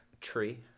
tree